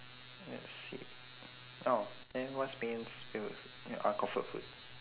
let's see oh then what's main favourite fo~ eh uh comfort food